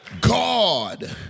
God